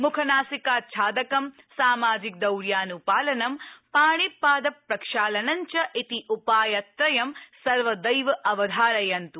मुखनासिकाच्छादकं सामाजिकदौर्यान्पालनं पाणिपाद प्रक्षालनञ्च इति उपायत्रयं सर्वदैव अवधारयन्तु